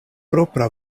propra